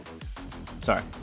Sorry